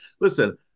listen